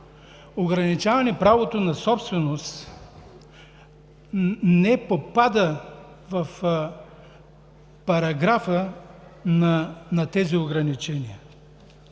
ограничаване правото на собственост не попада в параграфа на тези ограничения.